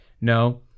No